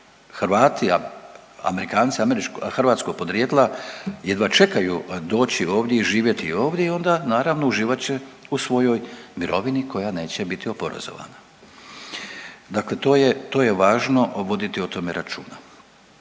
Hrvati, Amerikanci hrvatskog podrijetla jedva čekaju doći ovdje i živjeti ovdje. I onda naravno uživat će u svojoj mirovini koja neće biti oporezovana. Dakle, to je važno voditi o tome računa.